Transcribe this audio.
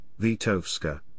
Vitovska